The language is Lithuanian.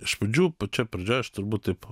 iš pradžių pačioj pradžioj aš turbūt taip